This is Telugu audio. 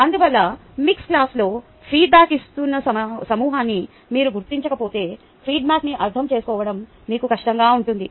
అందువల్ల మిక్స్ క్లాస్లో ఫీడ్బ్యాక్ ఇస్తున్న సమూహాన్ని మీరు గుర్తించకపోతే ఫీడ్బ్యాక్న్ని అర్థం చేసుకోవడం మీకు కష్టంగా ఉంటుంది